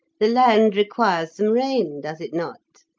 the land requires some rain, does it not?